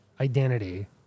identity